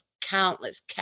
countless